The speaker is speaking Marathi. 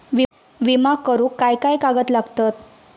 विमा करुक काय काय कागद लागतत?